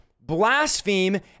blaspheme